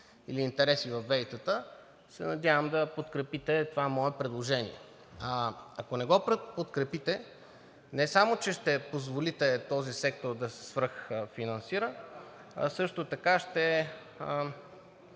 или интереси във ВЕИ-тата, се надявам да подкрепите това мое предложение. Ако не го подкрепите, не само че ще позволите този сектор да се свръхфинансира, а също така ще